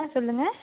ஆ சொல்லுங்கள்